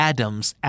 Adam's